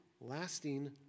lasting